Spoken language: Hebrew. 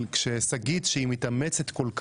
כששגית מתאמצת כל כך,